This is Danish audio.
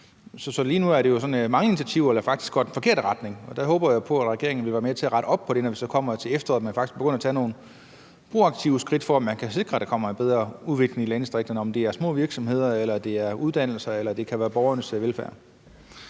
Så lige nu er der faktisk mange initiativer, der går i den forkerte retning, og der håber jeg på, at regeringen så vil være med til at rette op på det, når vi kommer til efteråret, og at man faktisk begynder at tage nogle proaktive skridt, for at man kan sikre, at der kommer en bedre udvikling i landdistrikterne. Og det kan være i forhold til små virksomheder eller uddannelser eller borgernes velfærd.